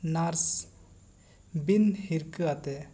nurse ᱵᱤᱱ ᱦᱤᱨᱠᱷᱟᱹ ᱟᱛᱮᱜ